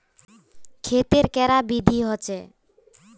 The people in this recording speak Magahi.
खेत तेर कैडा विधि होचे?